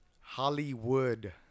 Hollywood